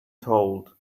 told